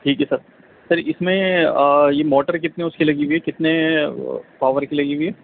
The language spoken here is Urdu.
ٹھیک ہے سر سر اس میں یہ موٹر کتنے اس کی لگی ہوئی ہے کتنے وہ پاور کی لگی ہوئی ہے